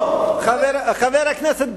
או, חבר הכנסת בילסקי,